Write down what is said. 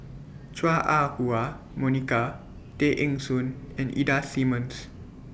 Chua Ah Huwa Monica Tay Eng Soon and Ida Simmons